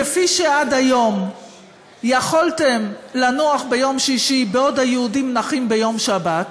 כפי שעד היום יכולתם לנוח ביום שישי בעוד היהודים נחים ביום שבת,